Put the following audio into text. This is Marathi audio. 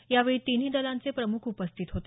यावेळी तिन्ही दलांचे प्रमुख उपस्थित होते